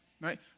right